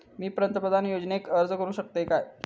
मी पंतप्रधान योजनेक अर्ज करू शकतय काय?